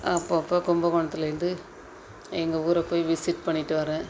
அப்பப்போ கும்பகோணத்துலேருந்து எங்கள் ஊரை போய் விசிட் பண்ணிட்டு வர்றேன்